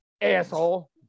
asshole